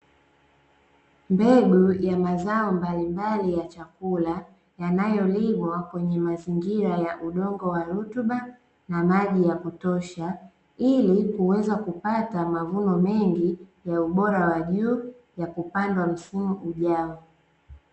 Mbegu ya mazao mbalimbali ya chakula yanayolimwa kwenye mazingira ya udongo wa rutuba na maji ya kutosha, ili kuweza kupata mavuno mengi ya ubora wa juu ya kupandwa msimu ujao.